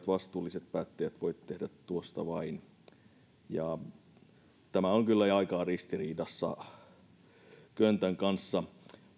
vastuulliset päättäjät eivät voi tehdä tuosta vain tämä on kyllä jo aika ristiriidassa köntän kanssa